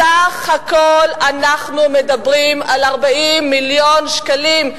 בסך הכול אנחנו מדברים על 40 מיליון שקלים.